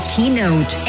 Keynote